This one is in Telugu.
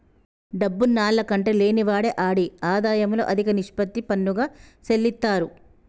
డబ్బున్నాల్ల కంటే లేనివాడే ఆడి ఆదాయంలో అదిక నిష్పత్తి పన్నుగా సెల్లిత్తారు